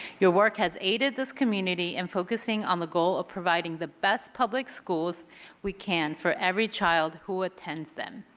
your work has aided this community in focusing on the goal of providing the best public schools we can for every child who attends them.